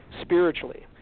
spiritually